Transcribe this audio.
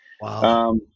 Wow